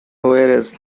whereas